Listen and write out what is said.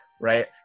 right